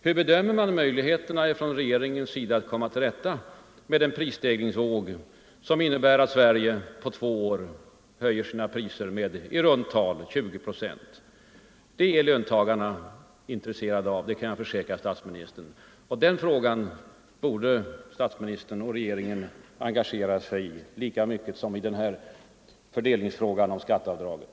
Hur bedömer man inom regeringen möjligheterna att komma till rätta med den prisstegringsvåg som innebär att Sverige på två år får räkna med höjda priser med i runt tal 20 procent? Jag kan försäkra statsministern att löntagarna är intresserade av detta. Den uppgiften borde statsministern och hans regering engagera sig i lika mycket som i fördelningsfrågan i vad gäller skatteavdragen.